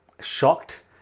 shocked